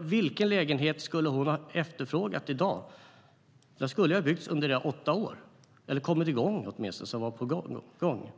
Vilken lägenhet skulle den student som hon talade om ha efterfrågat i dag? Den skulle ha byggts under era åtta år, eller åtminstone kommit igång.